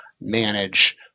manage